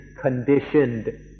conditioned